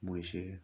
ꯃꯣꯏꯁꯦ